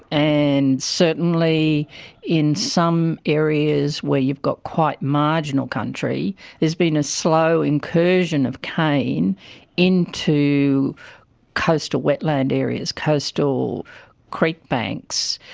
and certainly in some areas where you've got quite marginal country there's been a slow incursion of cane into coastal wetland areas, coastal creek banks.